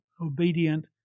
obedient